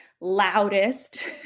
loudest